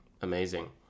Amazing